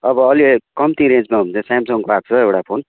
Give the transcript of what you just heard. अब अलिक कम्ती रेन्जमा हो भने चाहिँ स्यामसङको आएको छ एउटा फोन